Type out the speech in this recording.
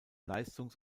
leistungs